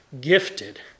gifted